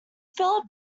philip